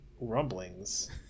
rumblings